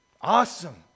Awesome